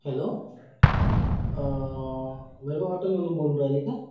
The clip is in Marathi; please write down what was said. हॅलो वैभव हॉटेलमधून बोलून राहिले का